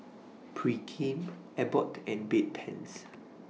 Pregain Abbott and Bedpans